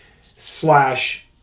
slash